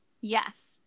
Yes